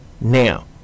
now